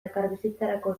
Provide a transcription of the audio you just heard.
elkarbizitzarako